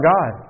God